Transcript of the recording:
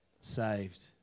saved